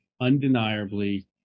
undeniably